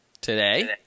today